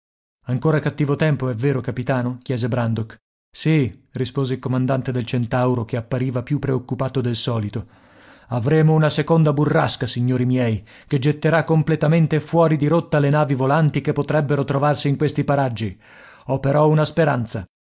ancora cattivo tempo è vero capitano chiese brandok sì rispose il comandante del centauro che appariva più preoccupato del solito avremo una seconda burrasca signori miei che getterà completamente fuori di rotta le navi volanti che potrebbero trovarsi in questi paraggi ho però una speranza